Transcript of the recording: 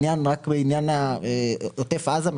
רק בעניין עוטף עזה,